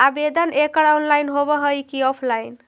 आवेदन एकड़ ऑनलाइन होव हइ की ऑफलाइन?